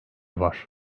var